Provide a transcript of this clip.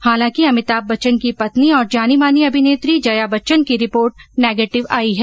हालांकि अमिताभ बच्चन की पत्नी और जानीमानी अभिनेत्री जया बच्चन की रिपोर्ट नेगेटिव आई है